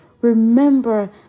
Remember